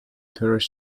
tourist